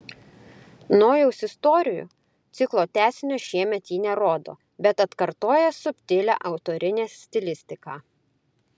nojaus istorijų ciklo tęsinio šiemet ji nerodo bet atkartoja subtilią autorinę stilistiką